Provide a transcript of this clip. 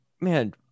man